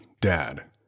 Dad